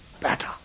better